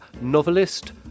novelist